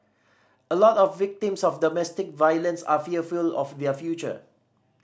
a lot of victims of domestic violence are fearful of their future